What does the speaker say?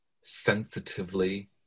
sensitively